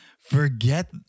Forget